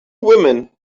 women